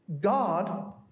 God